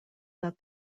that